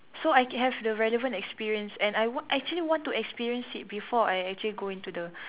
so I can have the relevant experience and I want actually want to experience it before I actually go into the